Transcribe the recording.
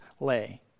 lay